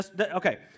Okay